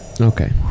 Okay